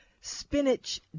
spinach